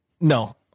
No